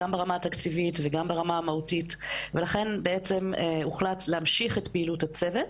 גם ברמה התקציבית וגם ברמה המהותית ולכן הוחלט להמשיך את פעילות הצוות